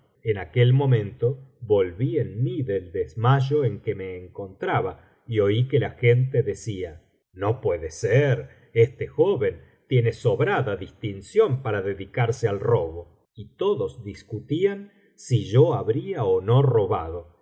en aquel momento volví en mí del desmayo en que me encontraba y oí que la gente decía no puede ser este joven tiene sobrada distinción para dedicarse al robo y todos discutían si yo habría ó no robado